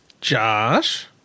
josh